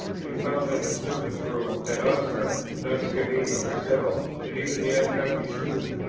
be found in a student's room at oscott, not scavini himself, but even the unhappy student,